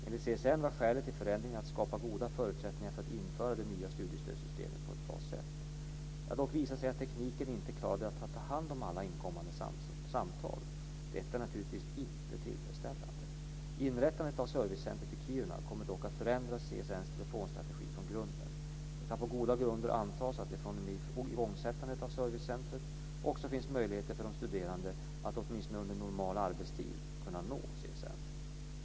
Enligt CSN var skälet till förändringen att skapa goda förutsättningar för att införa det nya studiestödssystemet på ett bra sätt. Det har dock visat sig att tekniken inte klarade att ta hand om alla inkommande samtal. Detta är naturligtvis inte tillfredsställande. Inrättandet av servicecentret i Kiruna kommer dock att förändra CSN:s telefonstrategi från grunden. Det kan på goda grunder antas att det fr.o.m. igångsättandet av servicecentret också finns möjligheter för de studerande att åtminstone under normal arbetstid kunna nå CSN.